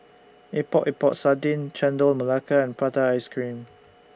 Epok Epok Sardin Chendol Melaka and Prata Ice Cream